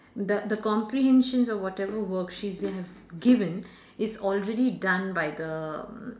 the the comprehensions or whatever worksheets they have given is already done by the mm